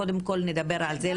קודם כל נדבר על זה,